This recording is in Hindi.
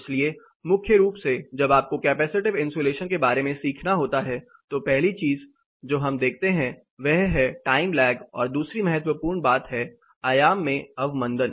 इसलिए मुख्य रूप से जब आपको कैपेसिटिव इंसुलेशन के बारे में सीखना होता है तो पहली चीज जो हम देखते हैं वह है टाइम लैग और दूसरी महत्वपूर्ण बात है आयाम में अवमन्दन